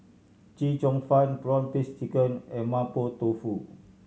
Chee Cheong Fun prawn paste chicken and Mapo Tofu